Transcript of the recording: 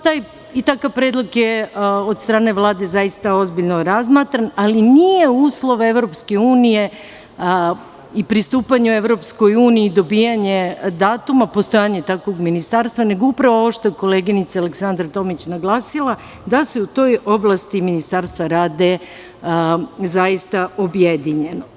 Takav predlog od strane Vlade je ozbiljno razmatran, ali nije uslov EU i pristupanju EU i dobijanje datuma postojanje takvog ministarstva, nego upravo ovo što je koleginica Aleksandra Tomić naglasila, da se u toj oblasti ministarstva rade zaista objedinjeno.